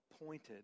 appointed